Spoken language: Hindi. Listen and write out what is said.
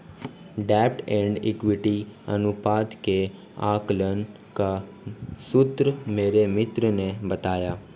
डेब्ट एंड इक्विटी अनुपात के आकलन का सूत्र मेरे मित्र ने बताया